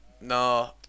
No